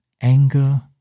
anger